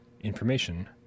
information